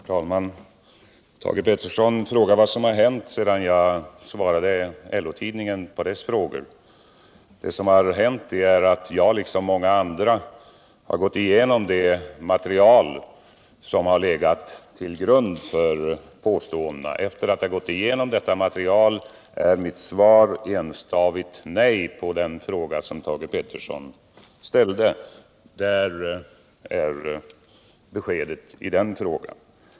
Herr talman! Thage Peterson frågar vad som hänt sedan jag svarade LO tidningen på dess frågor. Det som har hänt är att jag liksom många andra gått igenom det material som legat till grund för påståendena. Efter att ha gått igenom materialet är mitt svar på Thage Petersons fråga enstavigt nej. Där är beskedet i den frågan.